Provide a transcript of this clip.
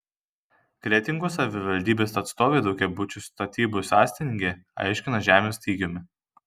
kretingos savivaldybės atstovai daugiabučių statybų sąstingį aiškina žemės stygiumi